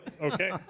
okay